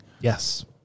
Yes